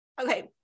okay